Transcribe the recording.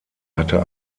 hatte